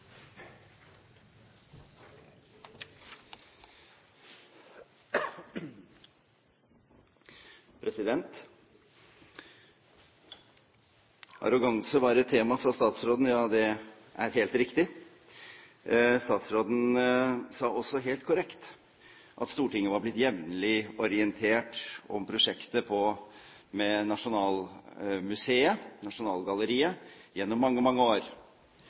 helt riktig. Statsråden sa også helt korrekt at Stortinget var blitt jevnlig orientert om prosjektet med Nasjonalmuseet – Nasjonalgalleriet – gjennom mange, mange år.